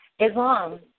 Islam